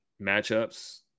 matchups